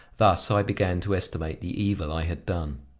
thus i began to estimate the evil i had done.